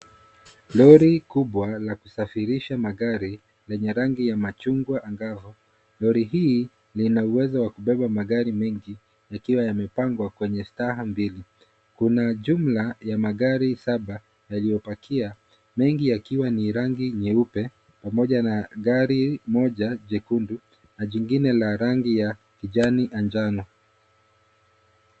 Lori kubwa la kusafirisha magari lenye rangi ya machungwa angavu. Lori hii lina uwezo wa kubeba magari mengi yakiwa yamepangwa kwenye staha mbili. Kuna jumla ya magari saba yaliyopakia mengi yakiwa ni rangi nyeupe pamoja na gari moja jekundu na jingine la rangi ya kijani anjano.